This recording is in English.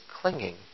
clinging